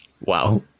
wow